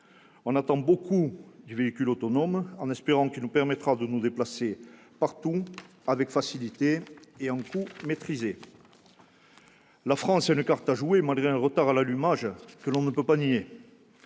On attend beaucoup du véhicule autonome, en espérant qu'il permettra de se déplacer partout avec facilité, à un coût maîtrisé. La France a une carte à jouer dans ce domaine, malgré un retard à l'allumage que l'on ne peut pas nier.